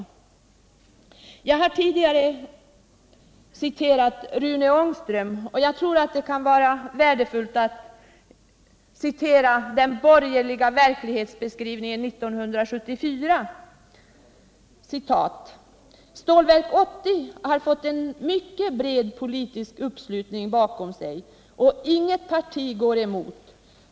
Tidigare har jag citerat Rune Ångström, men jag tror också att det kan vara värdefullt att citera den borgerliga verklighetsbeskrivningen 1974: ”Stålverk 80 har fått en mycket bred politisk uppslutning bakom sig och inget parti går emot.